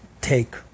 take